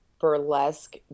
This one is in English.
burlesque